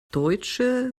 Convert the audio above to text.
deutsche